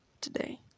today